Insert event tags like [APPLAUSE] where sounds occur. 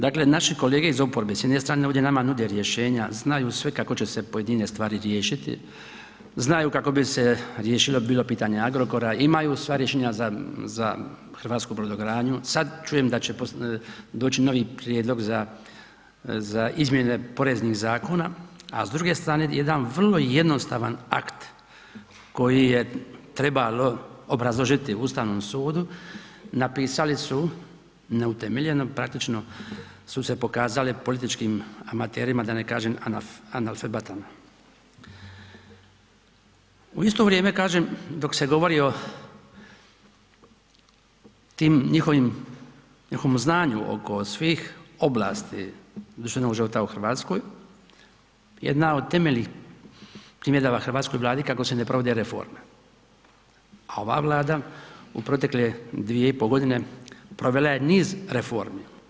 Dakle, naši kolege iz oporbe, s jedne strane ovdje nama nude rješenja, znaju sve kako će se pojedine stvari riješiti, znaju kako bi se riješila, bilo pitanje Agrokora, imaju sva rješenja za hrvatsku brodogradnju, sad čujem da će doći novi prijedlog za izmjene poreznih zakona, a s druge strane, jedan vrlo jednostavan akt koji je trebalo obrazložiti Ustavnom sudu, napisali su neutemeljeno, praktično su se pokazali političkim amaterima, da ne kažem ... [UNINTELLIGIBLE] U isto vrijeme kažem, dok se govori o tim njihovom znanju oko svih oblasti društvenog života u Hrvatskoj, jedna od temeljnih primjedaba hrvatskoj Vladi kako se ne provode reforme, a ova Vlada u protekle 2,5 godine provela je niz reformi.